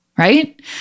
Right